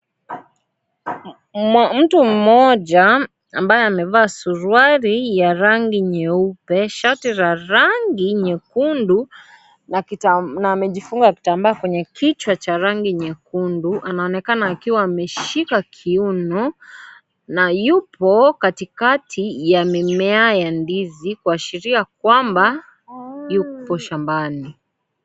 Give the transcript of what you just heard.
Mtu Mmoja ambaye amevaa suruali ya rangi nyeupe, shati la rangi nyekundu na amejifunga kitambaa kwenye kichwa cha rangi nyekundu, anaonekana akiwa ameshika kiuno, na yupo katikati ya mimea ya ndizi kuashiria kwamba yupo shambani